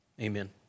Amen